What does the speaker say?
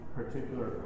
particular